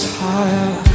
higher